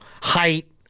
height